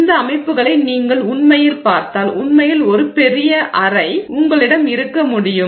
இந்த அமைப்புகளை நீங்கள் உண்மையில் பார்த்தால் உண்மையில் ஒரு பெரிய கலன் அறை உங்களிடம் இருக்க முடியும்